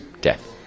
death